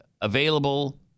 available